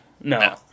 no